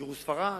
גירוש ספרד,